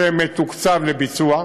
מתוקצב לביצוע,